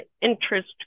interest